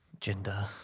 Gender